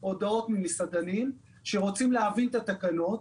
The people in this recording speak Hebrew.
הודעות ממסעדנים שרוצים להבין את התקנות,